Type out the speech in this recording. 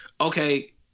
okay